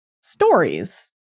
stories